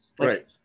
Right